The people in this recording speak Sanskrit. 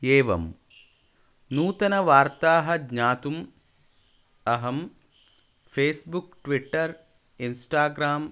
एवं नूतनवार्ताः ज्ञातुम् अहं फेस्बुक् ट्विट्टर् इन्स्टाग्रां